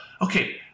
okay